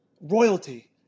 royalty